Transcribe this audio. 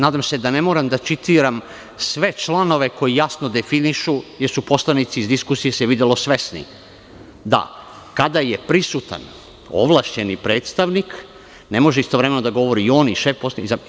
Nadam se da ne moram da citiram sve članove koji jasno definišu, jer su poslanici, iz diskusije se videlo, svesni da, kada je prisutan ovlašćeni predstavnik, ne može istovremeno da govori i on i šef poslaničke grupe.